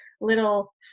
little